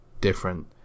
different